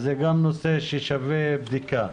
וזה גם נושא ששווה בדיקה,